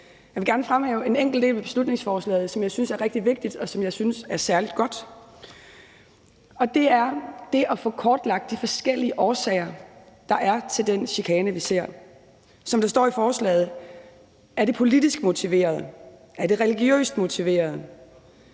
Jeg vil gerne fremhæve en enkelt del af beslutningsforslaget, som jeg synes er rigtig vigtig, og som jeg synes er særlig godt, og det er det med at få kortlagt de forskellige årsager, der er til den chikane, vi ser. Som der står i forslaget: Er det politisk motiveret? Er det religiøst motiveret?